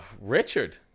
Richard